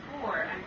four